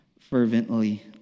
fervently